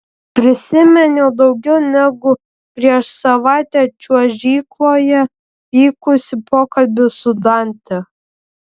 prisiminiau daugiau negu prieš savaitę čiuožykloje vykusį pokalbį su dante